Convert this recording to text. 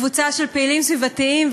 קבוצה של פעילים סביבתיים,